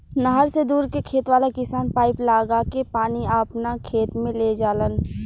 नहर से दूर के खेत वाला किसान पाइप लागा के पानी आपना खेत में ले जालन